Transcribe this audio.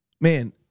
man